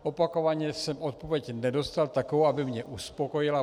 Opakovaně jsem odpověď nedostal takovou, aby mě uspokojila.